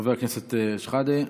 חבר הכנסת שחאדה.